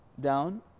down